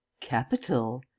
Capital